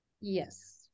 yes